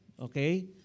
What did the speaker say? Okay